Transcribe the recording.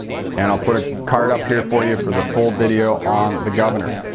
and i'll put a card up here for you for the full video on the governor.